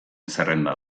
zerrenda